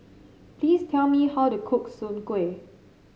please tell me how to cook Soon Kuih